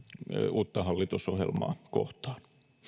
uutta hallitusohjelmaa kohtaan